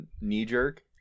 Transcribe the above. knee-jerk